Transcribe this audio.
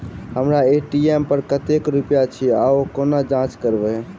हम्मर ए.टी.एम पर कतेक रुपया अछि, ओ कोना जाँच करबै?